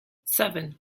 seven